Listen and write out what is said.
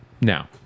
now